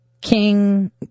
King